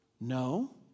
no